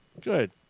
Good